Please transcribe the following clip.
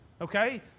okay